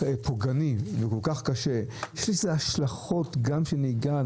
פוגעני וכל כך קשה יש לזה השלכות גם על נהיגה,